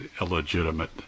illegitimate